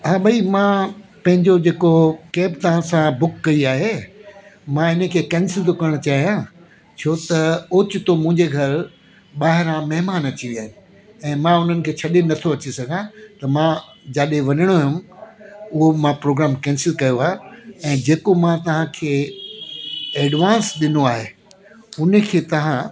हा भाई मां पंहिंजो जेको कैब तव्हां सां बुक कई आहे मां इनखे केंसिल थो करण चाहियां छो त ओचितो मुंहिजे घर ॿाहिरां महिमान अची विया आहिनि ऐं मां उन्हनि खे छॾे न थो अची सघां त मां जाॾे वञिणो हुयुमि उहो मां प्रोग्राम केंसिल कयो आहे ऐं जेको मां तव्हांखे एडवांस ॾिनो आहे उनखे तव्हां